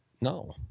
No